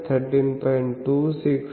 217 13